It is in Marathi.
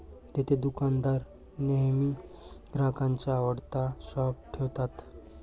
देतेदुकानदार नेहमी ग्राहकांच्या आवडत्या स्टॉप ठेवतात